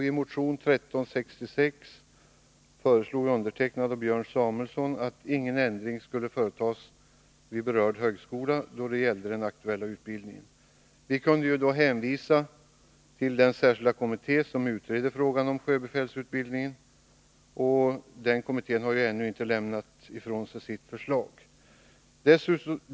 I motion 1366 föreslog Björn Samuelson och jag att ingen ändring skulle företas vid berörd högskola då det gällde den aktuella utbildningen. Vi kunde då hänvisa till den särskilda kommitté som utreder frågan om sjöbefälsutbildningen, vilken ännu inte lämnat sitt förslag.